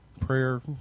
prayer